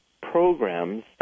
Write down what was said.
programs